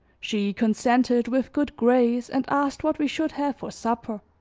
she consented with good grace and asked what we should have for supper.